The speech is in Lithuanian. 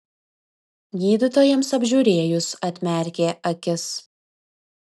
gydytojams apžiūrėjus atmerkė akis